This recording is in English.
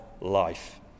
life